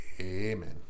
Amen